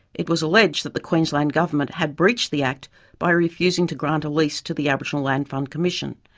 it was alleged that the queensland government had breached the act by refusing to grant a lease to the aboriginal land fund commission.